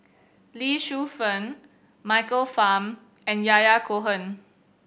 Lee Shu Fen Michael Fam and Yahya Cohen